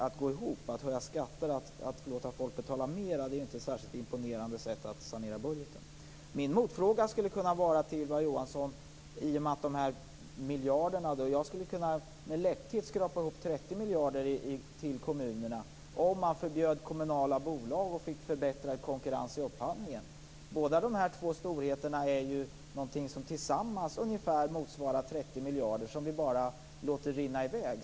Att låta folk betala mer genom att höja skatter är ju inte något särskilt imponerande sätt att sanera budgeten. Jag skulle med lätthet kunna skrapa ihop 30 miljarder till kommunerna. Det skulle man nämligen kunna göra om man förbjöd kommunala bolag och fick förbättrad konkurrens i upphandlingen. Dessa båda storheter motsvarar tillsammans ungefär 30 miljarder, och dem låter vi bara rinna i väg.